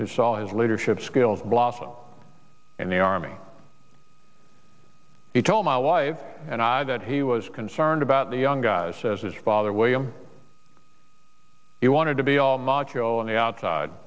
who saw his leadership skills blossom in the army he told my wife and i that he was concerned about the young guys as his father william he wanted to be all macho on the outside